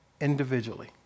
individually